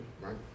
right